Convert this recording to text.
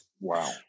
Wow